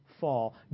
fall